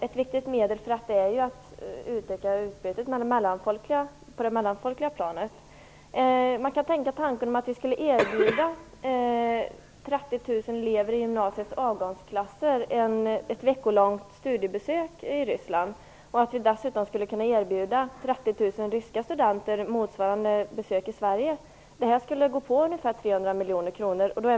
Ett viktigt medel för det är att öka utbytet på det mellanfolkliga planet. Man skulle kunna tänka tanken att vi skulle erbjuda 30 000 elever i gymnasiets avgångsklasser ett veckolångt studiebesök i Ryssland och att vi dessutom skulle erbjuda 30 000 ryska studenter motsvarande besök i Sverige. Det skulle gå på ungefär 300 miljoner kronor.